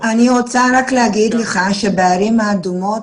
אני רוצה רק להגיד לך שבערים האדומות